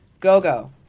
Go-Go